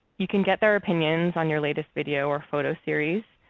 you can get their opinions on your latest video or photo series,